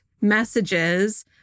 messages